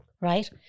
Right